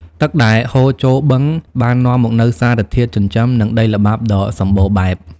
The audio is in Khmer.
ទឹកដែលហូរចូលបឹងបាននាំមកនូវសារធាតុចិញ្ចឹម និងដីល្បាប់ដ៏សម្បូរបែប។